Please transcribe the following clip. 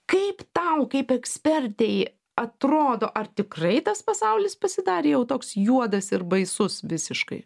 kaip tau kaip ekspertei atrodo ar tikrai tas pasaulis pasidarė jau toks juodas ir baisus visiškai